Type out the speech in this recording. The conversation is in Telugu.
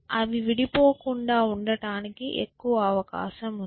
అవి విడిపోకుండా ఉండటానికి ఎక్కువ అవకాశం ఉంది